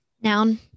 Noun